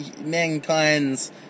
mankind's